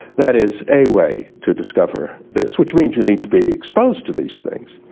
that is a way to discover this, which means you need to be exposed to these things